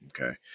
Okay